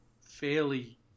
fairly